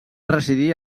residir